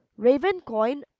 Ravencoin